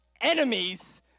enemies